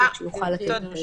שיוכל לתת את ההסבר.